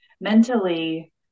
mentally